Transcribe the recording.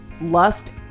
Lust